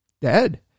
dead